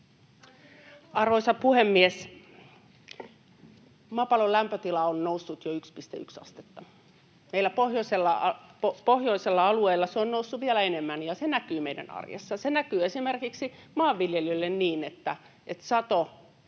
Arvoisa puhemies! Maapallon lämpötila on noussut jo 1,1 astetta. Meillä pohjoisella alueella se on noussut vielä enemmän, ja se näkyy meidän arjessa. Se näkyy esimerkiksi maanviljelijöille niin, että